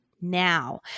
now